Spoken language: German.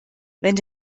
wenn